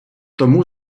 тому